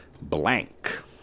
blank